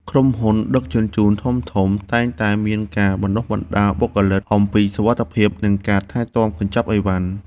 ក្រុមហ៊ុនដឹកជញ្ជូនធំៗតែងតែមានការបណ្តុះបណ្តាលបុគ្គលិកអំពីសុវត្ថិភាព និងការថែទាំកញ្ចប់អីវ៉ាន់។